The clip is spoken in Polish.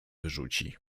wyrzuci